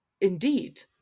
Indeed